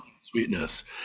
sweetness